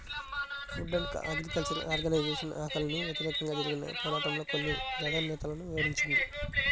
food and agriculture organisation ఆకలికి వ్యతిరేకంగా జరిగిన పోరాటంలో కొన్ని ప్రాధాన్యతలను వివరించింది